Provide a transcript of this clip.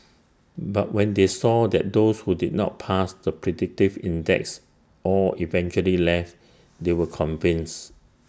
but when they saw that those who did not pass the predictive index all eventually left they were convinced